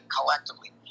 collectively